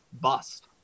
bust